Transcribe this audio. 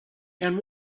and